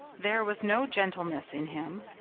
there was no gentleness in him,